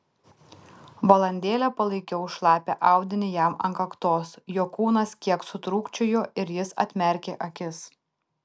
valandėlę palaikiau šlapią audinį jam ant kaktos jo kūnas kiek sutrūkčiojo ir jis atmerkė akis